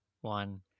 one